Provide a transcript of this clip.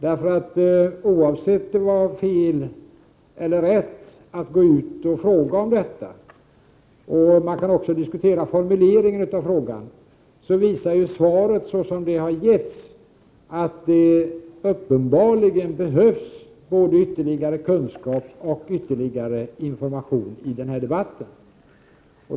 Oavsett om det var fel eller rätt att gå ut och fråga om detta — formuleringen av frågan kan också diskuteras — så visar ju svaren, så som de har getts, att det uppenbarligen behövs både ytterligare kunskap och ytterligare information i den här debatten.